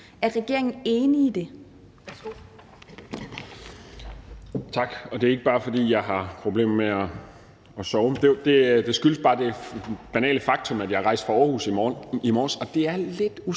Er regeringen enig i det?